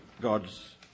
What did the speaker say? God's